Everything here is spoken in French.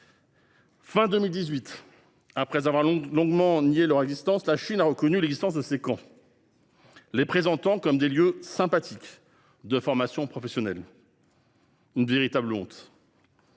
Fin 2018, après avoir longuement nié, la Chine a reconnu l'existence de ces camps, les présentant comme des lieux « sympathiques » de formation professionnelle. Une véritable honte